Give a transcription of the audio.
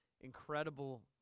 incredible